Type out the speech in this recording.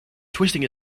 twisting